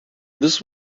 this